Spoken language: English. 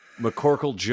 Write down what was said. mccorkle